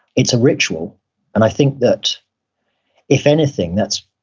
it's a ritual and i think that if anything, that's,